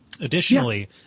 Additionally